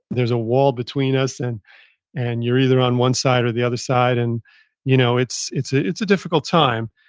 there's a wall between us and and you're either on one side or the other side. and you know it's it's ah a difficult time,